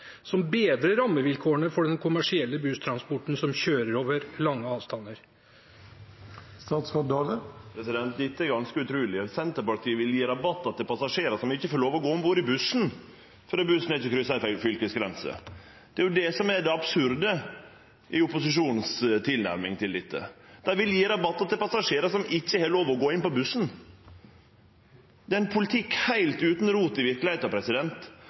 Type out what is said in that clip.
som bedrer rammevilkårene for den kommersielle busstransporten som kjører over lange avstander? Dette er ganske utruleg. Senterpartiet vil gje rabattar til passasjerar som ikkje får lov til å gå om bord i bussen fordi bussen ikkje har kryssa ei fylkesgrense. Det er det som er det absurde i opposisjonens tilnærming til dette. Dei vil gje rabattar til passasjerar som ikkje har lov til å gå på bussen. Det er ein politikk heilt utan rot i verkelegheita,